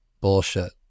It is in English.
Bullshit